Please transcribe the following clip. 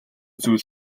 зүйл